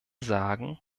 sagen